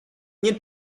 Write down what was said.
nie